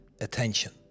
attention